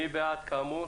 מי בעד, כאמור?